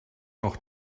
noch